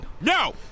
No